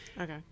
Okay